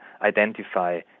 identify